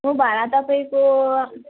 भाडा तपाईँको